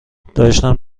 داشتم